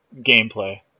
gameplay